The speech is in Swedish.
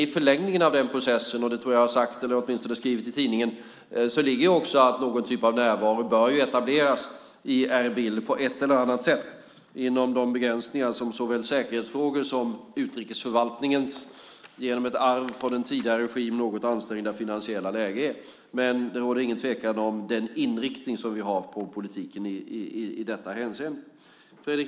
I förlängningen av den processen, och det tror jag att jag har sagt eller åtminstone skrivit i tidningen, ligger också att någon typ av närvaro bör etableras i Irbil inom de begränsningar som såväl säkerhetsfrågor som utrikesförvaltningens genom ett arv från en tidigare regim något ansträngda finansiella läge utgör. Det råder ingen tvekan om den inriktning som vi har på politiken i detta hänseende.